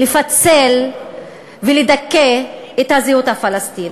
לפצל ולדכא את הזהות הפלסטינית,